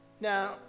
Now